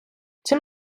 цим